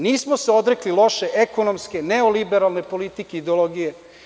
Nismo se odrekli loše ekonomske neoliberalne politike i ideologije.